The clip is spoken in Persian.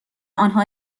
آنها